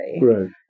Right